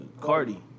Cardi